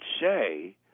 say